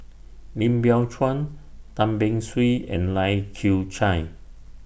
Lim Biow Chuan Tan Beng Swee and Lai Kew Chai